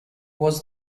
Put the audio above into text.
was